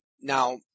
Now